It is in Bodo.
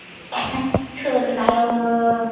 थोरनायावनो